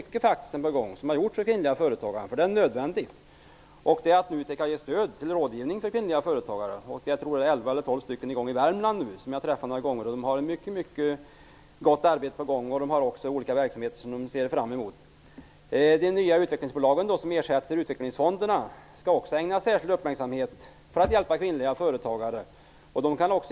Det är faktiskt ganska mycket som har gjorts för kvinnliga företagare, och detta är nödvändigt. NUTEK kan t.ex. ge stöd till rådgivning för kvinnliga företagare. Jag tror att det är elva tolv stycken som jag har träffat i Värmland. De har ett mycket fint arbete på gång, och de ser fram mot olika verksamheter. De nya utvecklingsbolagen, som ersätter utvecklingsfonderna, skall också ägna särskild uppmärksamhet åt kvinnliga företagare så att de kan få hjälp.